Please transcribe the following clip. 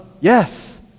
Yes